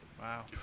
Wow